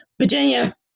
Virginia